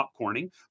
popcorning